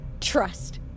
Trust